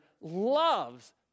loves